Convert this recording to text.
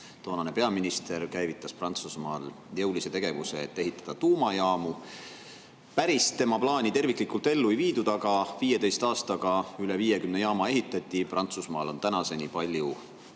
toonane peaminister käivitas Prantsusmaal jõulise tegevuse, et ehitada tuumajaamu. Päris tema plaani terviklikult ellu ei viidud, aga 15 aastaga üle 50 jaama ehitati. Prantsusmaal on tänaseni palju